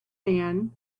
man